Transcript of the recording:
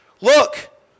Look